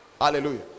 Hallelujah